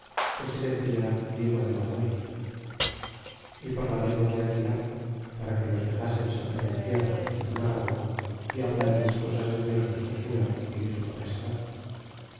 que se decía diego de godoy y por la lengua de aguilar para que nos desasen saltar en tierra y tomar agua y hablalles cosas de dios nuestro señor y de su magestad